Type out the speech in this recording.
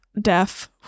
deaf